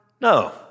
No